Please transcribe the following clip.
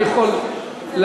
אני יכול להקריא,